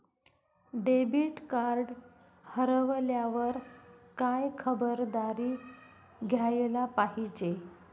Debit card हरवल्यावर काय खबरदारी घ्यायला पाहिजे?